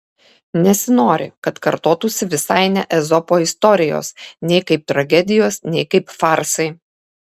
nesinori kad kartotųsi visai ne ezopo istorijos nei kaip tragedijos nei kaip farsai